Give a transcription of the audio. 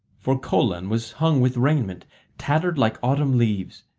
for colan was hung with raiment tattered like autumn leaves,